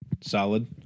solid